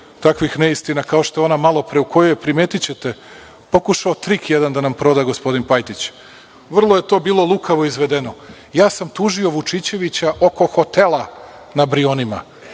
takvih neistina, kao što je ona malopre, u kojoj je, primetićete, pokušao da nam proda jedan trik gospodin Pajtić. Bilo je to vrlo lukavo izvedeno. Ja sam tužio Vučićevića oko hotela na Brionima.